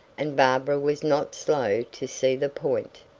and barbara was not slow to see the point.